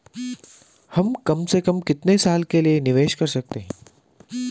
हम कम से कम कितने साल के लिए निवेश कर सकते हैं?